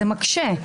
זה מקשה.